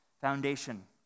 foundation